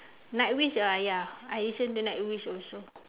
night wish uh ya I listen to night wish also